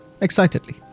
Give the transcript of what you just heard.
excitedly